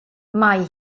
mae